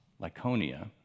Lyconia